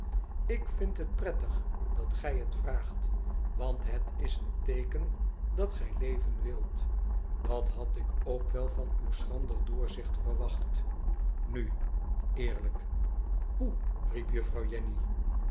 tik vind het prettig dat gij het vraagt want het is een teeken dat gij leven wilt dat had ik ook wel van uw schrander doorzicht verwacht nu eerlijk hoe riep juffer jenny